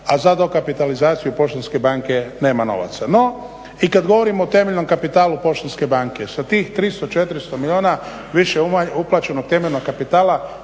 a za dokapitalizaciju Poštanske banke nema novaca. No i kada govorimo o temeljnom kapitalu Poštanske banke sa tih 300, 400 milijuna više uplaćeno temeljnog kapitala